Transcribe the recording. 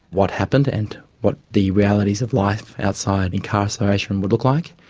what happened and what the realities of life outside incarceration would look like,